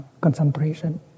concentration